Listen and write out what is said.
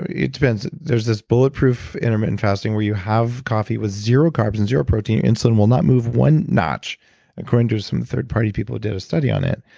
ah it depends. there's this bulletproof intermittent fasting where you have coffee with zero carbs and zero protein. insulin will not move one notch according to some third party people that did a study on it.